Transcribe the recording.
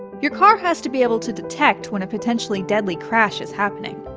your car has to be able to detect when a potentially deadly crash is happening.